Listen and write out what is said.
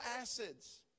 acids